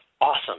awesome